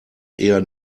eher